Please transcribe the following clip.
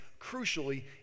crucially